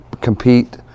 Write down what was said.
compete